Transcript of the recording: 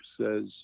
says